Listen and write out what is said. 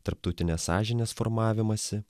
tarptautinės sąžinės formavimąsi